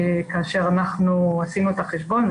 כאשר אנחנו עשינו את החשבון.